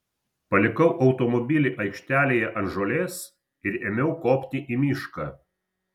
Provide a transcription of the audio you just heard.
palikau automobilį aikštelėje ant žolės ir ėmiau kopti į mišką